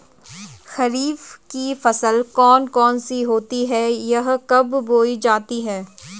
खरीफ की फसल कौन कौन सी होती हैं यह कब बोई जाती हैं?